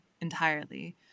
entirely